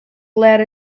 let